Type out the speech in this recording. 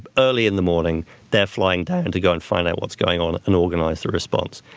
early in the morning they're flying down to go and find out what's going on and organize the response.